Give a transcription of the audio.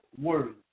word